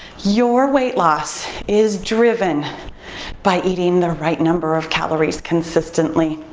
your weight loss is driven by eating the right number of calories consistently.